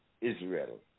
Israel